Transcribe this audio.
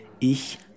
ich